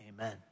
Amen